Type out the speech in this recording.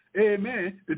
amen